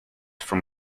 from